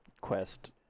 Quest